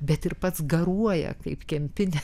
bet ir pats garuoja kaip kempinė